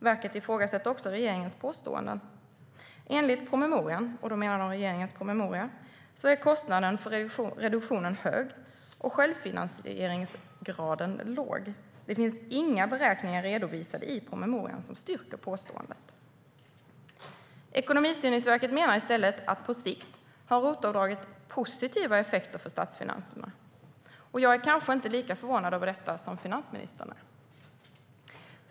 Verket ifrågasätter också regeringens påståenden och säger: "Enligt promemorian" - de menar regeringens promemoria - "är kostnaden för reduktionen hög och självfinansieringsgraden låg. Det finns inga beräkningar redovisade i promemorian som styrker påståendet." Ekonomistyrningsverket menar i stället att ROT-avdraget på sikt har positiva effekter för statsfinanserna. Jag är kanske inte lika förvånad över detta som finansministern.